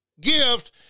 gift